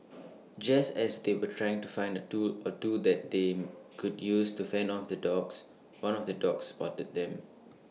just as they were trying to find A tool or two that they could use to fend off the dogs one of the dogs spotted them